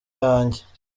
wanjye